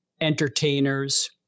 entertainers